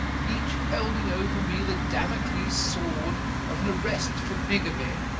each holding over me the damocles sword of an arrest for bigamy.